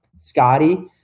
Scotty